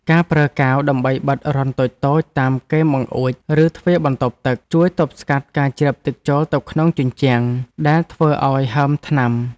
ការប្រើកាវដើម្បីបិទរន្ធតូចៗតាមគែមបង្អួច ឬទ្វារបន្ទប់ទឹក ជួយទប់ស្កាត់ការជ្រាបទឹកចូលទៅក្នុងជញ្ជាំងដែលធ្វើឱ្យហើមថ្នាំ។